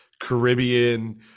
Caribbean